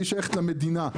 היא שייכת למדינה.